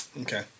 Okay